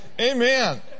Amen